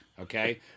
Okay